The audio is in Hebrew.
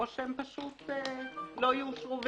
או הן פשוט לא יאושרו וזהו.